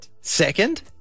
Second